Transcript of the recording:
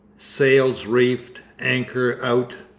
sails reefed, anchor out,